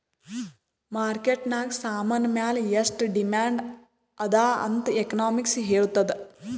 market ನಾಗ್ ಸಾಮಾನ್ ಮ್ಯಾಲ ಎಷ್ಟು ಡಿಮ್ಯಾಂಡ್ ಅದಾ ಅಂತ್ ಎಕನಾಮಿಕ್ಸ್ ಹೆಳ್ತುದ್